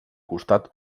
costat